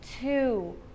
two